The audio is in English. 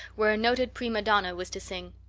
where a noted prima donna was to sing.